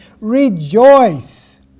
rejoice